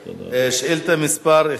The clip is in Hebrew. זה רק להציג את זה.